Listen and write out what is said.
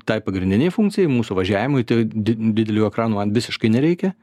tai pagrindinei funkcijai mūsų važiavimui tai di didelių ekranų man visiškai nereikia